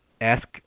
ask